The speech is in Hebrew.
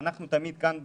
אנחנו תמיד כאן בוועדה,